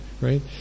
right